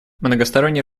многосторонний